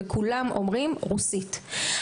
וכולם אומרים: רוסית.